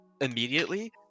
immediately